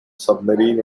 submarine